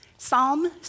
Psalm